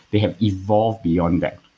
they have evolved beyond that.